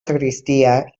sagristia